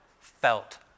felt